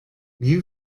liu